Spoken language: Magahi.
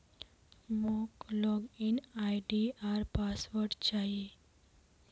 मोक लॉग इन आई.डी आर पासवर्ड चाहि